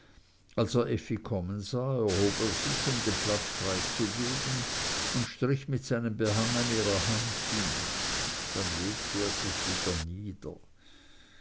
sah erhob er sich um den platz freizugeben und strich mit seinem behang an ihrer hand hin dann legte er sich wieder nieder